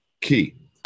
Key